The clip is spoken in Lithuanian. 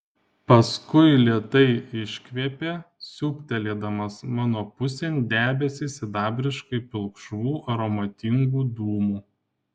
paskui lėtai iškvėpė siūbtelėdamas mano pusėn debesį sidabriškai pilkšvų aromatingų dūmų